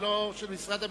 ולא של משרד הביטחון.